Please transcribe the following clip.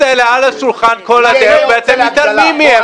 האלה על השולחן כל הדרך ואתם מתעלמים מזה.